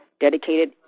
dedicated